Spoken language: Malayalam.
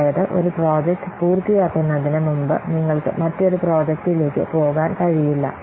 അതായത് ഒരു പ്രോജക്റ്റ് പൂർത്തിയാക്കുന്നതിന് മുമ്പ് നിങ്ങൾക്ക് മറ്റൊരു പ്രോജക്റ്റിലേക്ക് പോകാൻ കഴിയില്ല